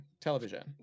television